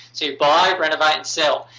so, you buy, renovate and sell.